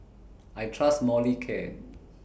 I Trust Molicare